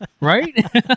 right